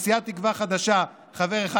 מסיעת תקווה חדשה חבר אחד,